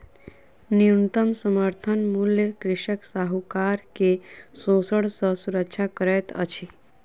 न्यूनतम समर्थन मूल्य कृषक साहूकार के शोषण सॅ सुरक्षा करैत अछि